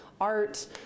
art